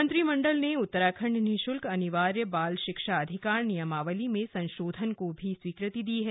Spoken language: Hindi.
मंत्रिमंडल ने उत्तराखंड निःशुल्क अनिवार्य बाल शिक्षा अधिकार नियमावली में संशोधन को भी स्वीकृति दी है